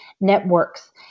networks